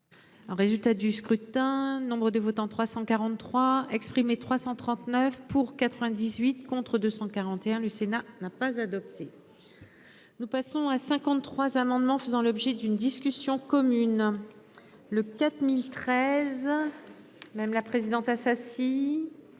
Résultat du scrutin. Nombre de votants 343 exprimés, 339 pour 98 contre 241, le Sénat n'a pas adopté. Nous passons à 50. 3 amendements faisant l'objet d'une discussion commune. Le 4000. 13 ans. Même la présidente Assassi.